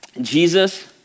Jesus